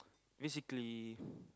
basically